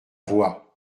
voix